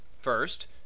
First